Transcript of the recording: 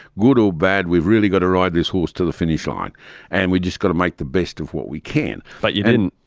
good or bad we've really got to ride this horse to the finish line and we just gotta make the best of what we can. but you didn't.